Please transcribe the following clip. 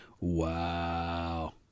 wow